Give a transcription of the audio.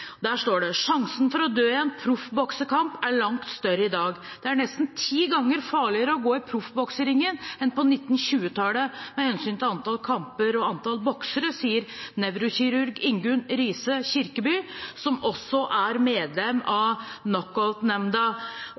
Der står det: «Sjansen for å dø i en proffboksekamp er langt større i dag. Det er nesten ti ganger farligere å gå i proffboksingringen enn på 1920-tallet med hensyn til antall kamper og antall boksere, sier nevrokirurg Ingunn Rise Kirkeby.» Rise Kirkeby er også medlem av